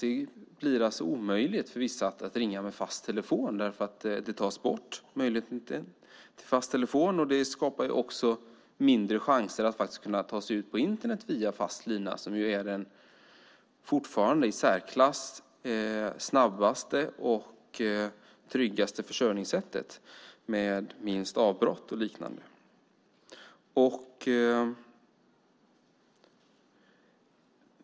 Det blir alltså omöjligt för vissa att ringa med fast telefon därför att den möjligheten tas bort. Det skapar också mindre chanser att ta sig ut på Internet via fast lina, som fortfarande är det i särklass snabbaste och tryggaste försörjningssättet, med minst avbrott och liknande.